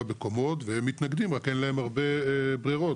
בקומות והם מתנגדים רק אין להם הרבה ברירות,